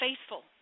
faithful